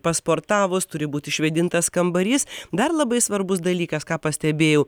pasportavus turi būti išvėdintas kambarys dar labai svarbus dalykas ką pastebėjau